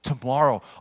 tomorrow